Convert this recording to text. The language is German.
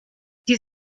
die